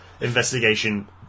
investigation